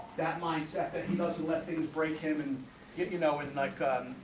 that mindset that he doesn't let things break him and get you know is not